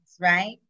right